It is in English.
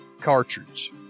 cartridge